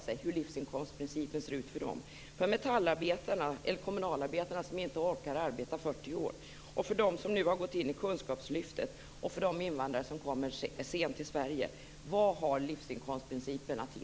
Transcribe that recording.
Vad har livsinkomstprincipen att ge metallarbetarna eller kommunalarbetarna som inte orkar arbeta i 40 år, för dem som har gått in i kunskapslyftet och för de invandrare som kommer sent i livet till Sverige?